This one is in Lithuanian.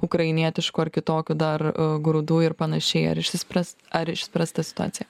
ukrainietiškų ar kitokių dar grūdų ir panašiai ar išsispręs ar išspręsta situacija